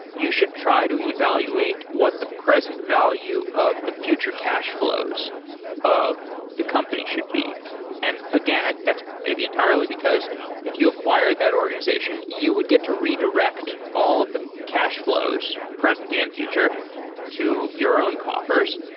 you should try to evaluate what the present value of the future cash flows of the company should be and again, that's maybe entirely because if you acquire that organization, you would get to redirect all of the cash flows, present and future to your own coffers.